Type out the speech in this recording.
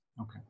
Okay